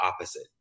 opposite